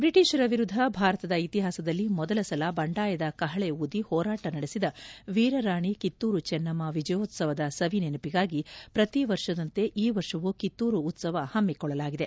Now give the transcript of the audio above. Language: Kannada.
ಬ್ರಿಟಿಷರ ವಿರುದ್ದ ಭಾರತದ ಇತಿಹಾಸದಲ್ಲಿ ಮೊದಲ ಸಲ ಬಂಡಾಯದ ಕಹಳೆ ಊದಿ ಹೋರಾಟ ನಡೆಸಿದ ವೀರರಾಣಿ ಕಿತ್ತೂರು ಚೆನ್ನಮ್ಮ ವಿಜಯೋತ್ವವದ ಸವಿ ನೆನಪಿಗಾಗಿ ಪ್ರತಿ ವರ್ಷದಂತೆ ಈ ವರ್ಷವೂ ಕಿತ್ತೂರು ಉತ್ಸವ ಹಮ್ಮಿಕೊಳ್ಳಲಾಗಿದೆ